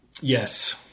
Yes